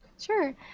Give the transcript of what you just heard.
Sure